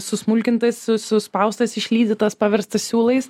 susmulkintais su suspaustas išlydytas pavirsta siūlais